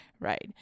right